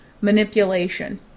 manipulation